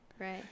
Right